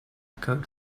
echoed